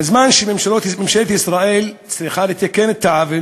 בזמן שממשלת ישראל צריכה לתקן את העוול